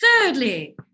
Thirdly